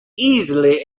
easily